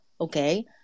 okay